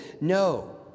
No